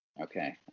Okay